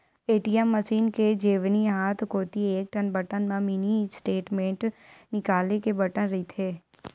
ATM machine के जेवनी हाथ कोती एकठन बटन म मिनी स्टेटमेंट निकाले के बटन रहिथे